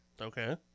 Okay